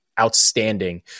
outstanding